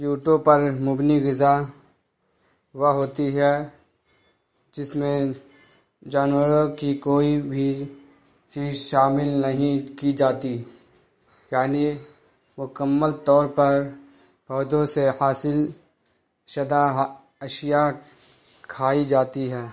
YouTube پر مبنی غذا وہ ہوتی ہے جس میں جانوروں کی کوئی بھی چیز شامل نہیں کی جاتی یعنی مکمل طور پر پودوں سے حاصل شدہ اشیاء کھائی جاتی ہیں